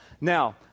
Now